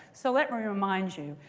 so let me remind you.